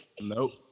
Nope